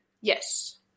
Yes